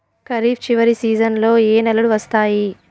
ఖరీఫ్ చివరి సీజన్లలో ఏ నెలలు వస్తాయి?